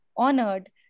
honored